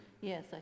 Yes